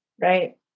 Right